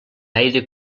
aire